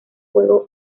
juego